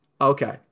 Okay